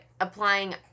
applying